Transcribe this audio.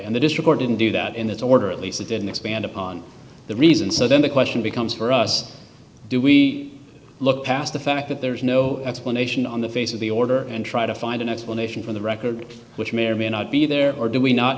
and the disregard didn't do that in that order at least they didn't expand upon the reason so then the question becomes for us do we look past the fact that there is no explanation on the face of the order and try to find an explanation for the record which may or may not be there or do we not